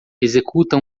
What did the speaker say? executa